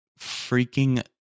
freaking